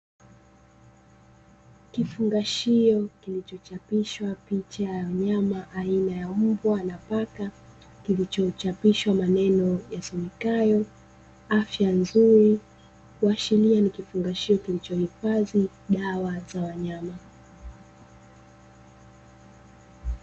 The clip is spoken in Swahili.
Kifungashio kilichochapishwa picha ya wanyama aina ya mbwa na paka, kilichochapishwa maneno yasomekayo “afya nzuri” kuashiria ni kifungashio kilichohifadhi dawa za wanyama.